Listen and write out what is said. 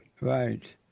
Right